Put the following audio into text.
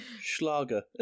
schlager